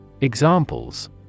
Examples